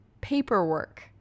paperwork